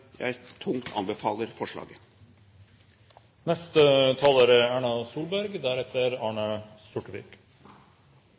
jeg tungt anbefaler forslaget.